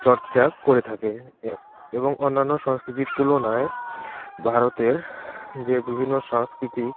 চর্চা করে থাকে এবং অন্যান্য সংস্কৃতির তুলনায় ভারতের যে বিভিন্ন সাংস্কৃতিক